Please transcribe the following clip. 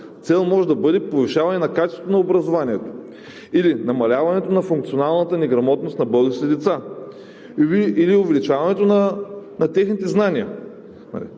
Цел може да бъде повишаване на качеството на образованието или намаляването на функционалната неграмотност на българските деца, или увеличаването на техните знания.